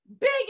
big